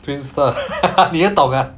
twins star 你又懂 ah